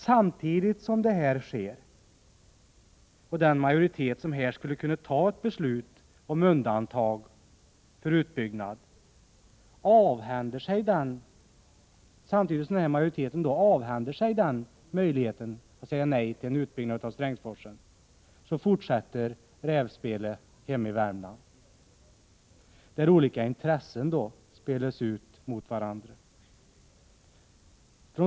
Samtidigt som detta sker och den majoritet som här skulle kunna fatta ett beslut om undantag för utbyggnad avhänder sig möjligheten att säga nej till en utbyggnad av Strängsforsen fortsätter rävspelet hemma i Värmland, där olika intressen spelas ut mot varandra.